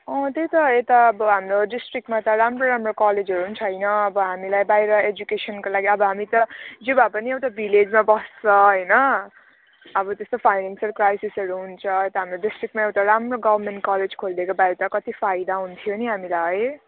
अँ त्यही त यता अब हाम्रो डिस्ट्रिक्टमा त राम्रो राम्रो कलेजहरू पनि छैन अब हामीलाई बाहिर एजुकेसनको लागि अब हामी त जे भए पनि एउटा भिलेजमा बस्छ होइन अब त्यस्तो फाइनेन्सियल क्राइसिसहरू हुन्छ यता हाम्रो डिस्ट्रिक्टमा एउटा राम्रो गभर्मेन्ट कलेज खोलिदिएको भए त कति फाइदा हुन्थ्यो नि त हामीलाई है